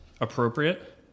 appropriate